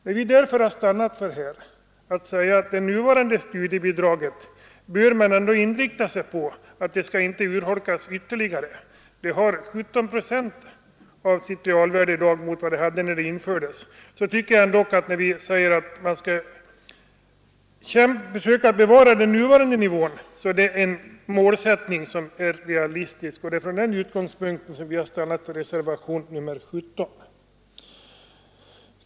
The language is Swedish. Det är mot denna bakgrund som vi stannat för ett yrkande att man bör inrikta sig på att det nuvarande studiebidraget inte skall urholkas ytterligare. Det utgör 17 procent av sitt realvärde i dag jämfört med 25 procent när det infördes. Det är en realistisk målsättning när vi säger att man skall försöka bevara den nuvarande nivån vid sitt realvärde. Det är med denna utgångspunkt som vi avgivit reservationen 17.